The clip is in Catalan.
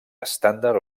estàndard